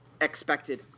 expected